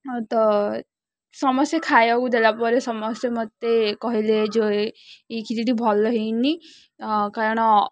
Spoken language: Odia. ହଁ ତ ସମସ୍ତେ ଖାଇବାକୁ ଦେଲା ପରେ ସମସ୍ତେ ମୋତେ କହିଲେ ଯେ ଏଇ ଖିରିଟି ଭଲ ହେଇନି କାରଣ